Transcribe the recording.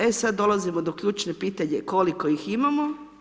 E sad dolazimo do ključne pitanje, koliko ih imamo?